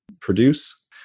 produce